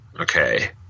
Okay